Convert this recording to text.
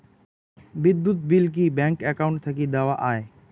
বিদ্যুৎ বিল কি bank account থাকি দেওয়া য়ায়?